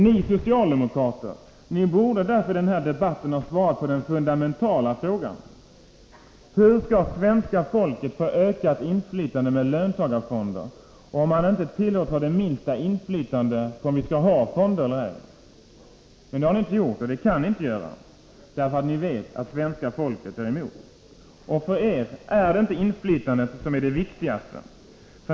Ni socialdemokrater borde därför i den här debatten ha svarat på den fundamentala frågan: Hur skall svenska folket få ökat inflytande med löntagarfonder, om det inte tillåts ha det minsta inflytande på om vi skall ha fonder eller ej? Det har ni inte gjort och det kan ni inte göra, därför att ni vet att svenska folket är emot. Och för er är det inte inflytande som är det viktigaste.